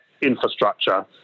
infrastructure